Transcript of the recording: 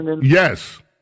yes